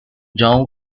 young